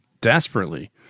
desperately